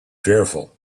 fearful